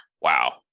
Wow